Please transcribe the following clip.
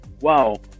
wow